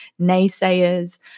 naysayers